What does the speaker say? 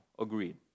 Agreed